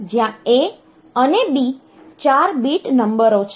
જ્યાં A અને B 4 bit નંબરો છે